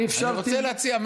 אני אפשרתי.